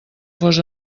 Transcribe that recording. fos